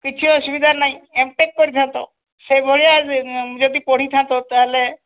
କିଛି ଅସୁବିଧା ନାହିଁ ଏମ୍ ଟେକ୍ କରିଥାନ୍ତ ସେଭଳିଆ ଯଦି ପଢ଼ିଥାନ୍ତ ତାହେଲେ